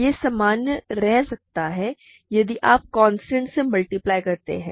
यह समान रह सकता है यदि आप कांस्टेंट से मल्टीप्लाई करते हैं